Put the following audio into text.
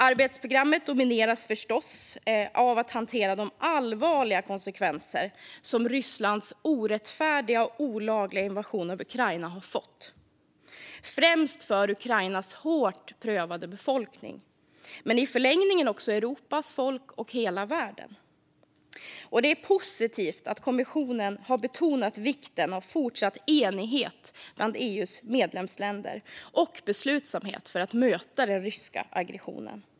Arbetsprogrammet domineras förstås av att hantera de allvarliga konsekvenser som Rysslands orättfärdiga och olagliga invasion av Ukraina har fått - främst för Ukrainas hårt prövade befolkning, men i förlängningen också för Europas folk och för hela världen. Det är positivt att kommissionen betonar vikten av fortsatt enighet bland EU:s medlemsländer och beslutsamhet för att möta den ryska aggressionen.